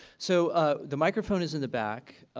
so ah the microphone is in the back.